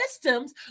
systems